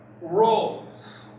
roles